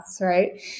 right